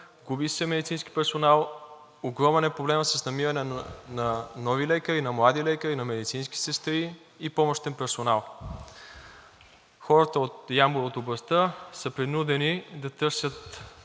губи се медицински персонал, огромен е проблемът с намиране на нови лекари, на млади лекари, на медицински сестри и помощен персонал. Хората от Ямбол и от областта са принудени да търсят